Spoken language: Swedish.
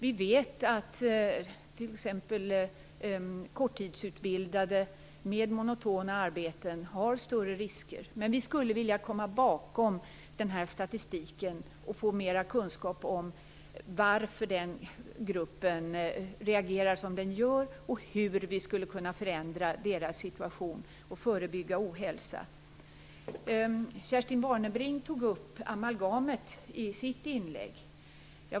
Vi vet att t.ex. korttidsutbildade med monotona arbeten löper större risker. Vi skulle dock vilja komma bakom denna statistik och få mer kunskap om varför den här gruppen reagerar som den gör och om hur vi skulle kunna förändra deras situation och förebygga ohälsa. Kerstin Warnerbring tog upp amalgamet i sitt inlägg.